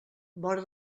vora